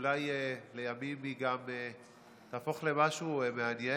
שאולי לימים היא גם תהפוך למשהו מעניין.